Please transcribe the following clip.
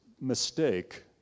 mistake